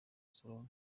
salome